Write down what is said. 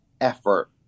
effort